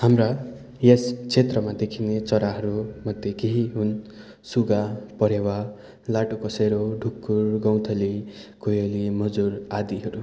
हाम्रा यस क्षेत्रमा देखिने चराहरू मध्ये केही हुन् सुगा परेवा लाटोकोसेरो ढुकुर गौँथली कोइली मजुर आदिहरू